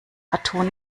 partout